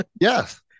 Yes